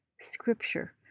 Scripture